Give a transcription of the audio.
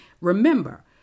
Remember